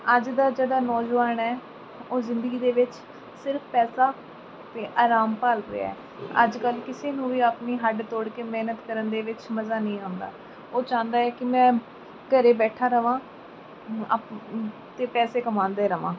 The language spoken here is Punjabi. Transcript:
ਅੱਜ ਦਾ ਜਿਹੜਾ ਨੌਜਵਾਨ ਹੈ ਉਹ ਜ਼ਿੰਦਗੀ ਦੇ ਵਿੱਚ ਸਿਰਫ ਪੈਸਾ ਅਤੇ ਆਰਾਮ ਭਾਲ ਰਿਹਾ ਅੱਜ ਕੱਲ੍ਹ ਕਿਸੇ ਨੂੰ ਵੀ ਆਪਣੀ ਹੱਡ ਤੋੜ ਕੇ ਮਿਹਨਤ ਕਰਨ ਦੇ ਵਿੱਚ ਮਜ਼ਾ ਨਹੀਂ ਆਉਂਦਾ ਉਹ ਚਾਹੁੰਦਾ ਹੈ ਕਿ ਮੈਂ ਘਰ ਬੈਠਾ ਰਹਾਂ ਅਤੇ ਪੈਸੇ ਕਮਾਉਂਦਾ ਰਹਾਂ